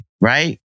right